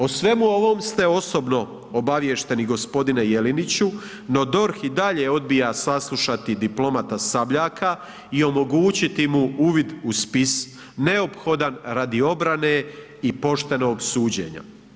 O svemu ovom ste osobno obaviješteni gospodine Jeleniću no DORH i dalje odbija saslušati diplomata Sabljaka i omogućiti mu uvid u spis neophodan radi obrane i poštenog suđenja.